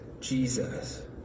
Jesus